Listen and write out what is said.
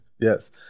Yes